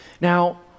Now